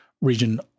region